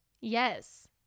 Yes